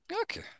Okay